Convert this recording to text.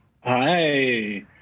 hi